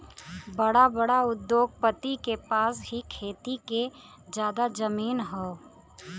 बड़ा बड़ा उद्योगपति के पास ही खेती के जादा जमीन हौ